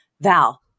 Val